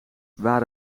waar